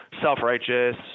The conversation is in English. self-righteous